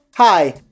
Hi